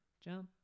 Jump